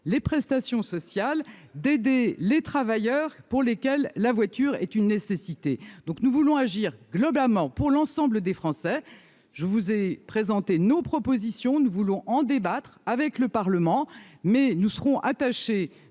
les prestations sociales, et à aider les travailleurs pour lesquels la voiture est une nécessité. Et sur les salaires ? Bref, nous voulons agir globalement pour l'ensemble des Français. Je vous ai présenté nos propositions ; nous voulons en débattre avec le Parlement, mais nous serons attachés